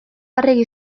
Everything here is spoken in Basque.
arregi